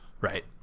Right